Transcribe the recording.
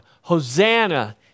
Hosanna